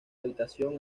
habitación